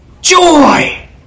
joy